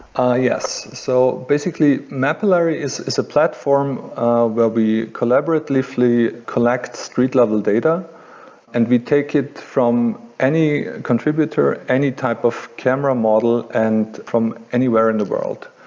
ah yes. so basically, mapillary is a platform ah where we collaboratively collect street level data and we take it from any contributor, any type of camera model and from anywhere in the world.